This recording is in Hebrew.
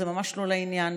זה ממש לא לעניין.